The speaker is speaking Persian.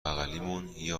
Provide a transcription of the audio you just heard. بغلیمون، یه